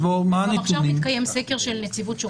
גם עכשיו מתקיים סקר של נציבות שירות המדינה.